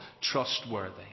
trustworthy